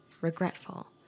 regretful